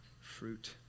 fruit